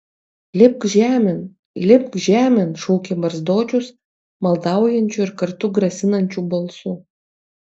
lipk žemėn lipk žemėn šaukė barzdočius maldaujančiu ir kartu grasinančiu balsu